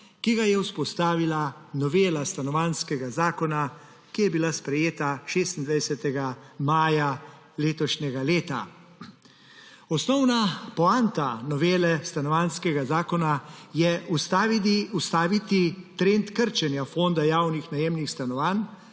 ki ga je vzpostavila novela Stanovanjskega zakona, ki je bila sprejeta 26. maja letošnjega leta. Osnovna poanta novele Stanovanjskega zakona je ustaviti trend krčenja fonda javnih najemnih stanovanj